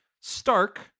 Stark